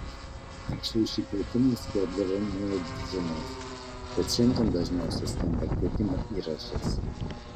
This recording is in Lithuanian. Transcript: anksčiau šį kvietimą skelbdavo muedzinas bet šiandien dažniausiai skamba kvietimo įrašas